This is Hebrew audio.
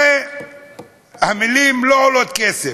הרי המילים לא עולות כסף.